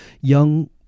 young